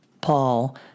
Paul